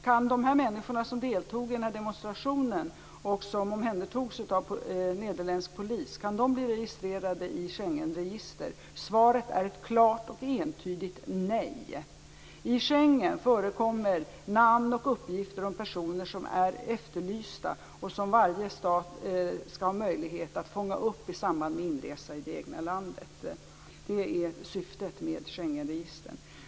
Kan de människor som deltog i den här demonstrationen och som omhändertogs av nederländsk polis bli registrerade i Schengenregister? Svaret är ett klart och entydigt nej. I Schengen förekommer namn på och uppgifter om personer som är efterlysta och som varje stat skall ha möjlighet att fånga upp i samband med inresa i det egna landet. Det är syftet med Schengenregistret.